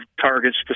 targets